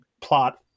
plot